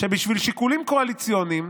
שבשביל שיקולים קואליציוניים,